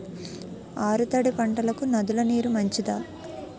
ఆరు తడి పంటలకు నదుల నీరు మంచిదా?